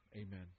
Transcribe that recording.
Amen